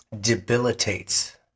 debilitates